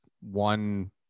one